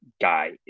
guy